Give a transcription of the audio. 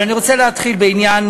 אני רוצה להתחיל בעניין